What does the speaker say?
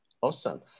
Awesome